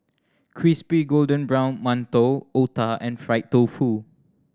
crispy golden brown mantou otah and fried tofu